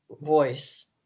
voice